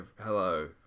hello